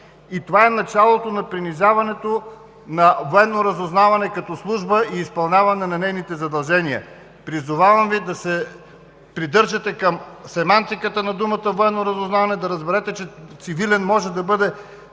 и това е началото на принизяването на „Военно разузнаване“ като служба и изпълняване на нейните задължения. Призовавам Ви да се придържате към семантиката на думата „военно“ разузнаване и да разберете, че цивилен може да бъде